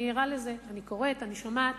אני ערה לזה, אני קוראת, אני שומעת.